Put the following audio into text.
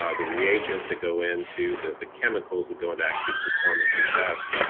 um the reagents that go into. the the chemicals that go into actually performing the tests,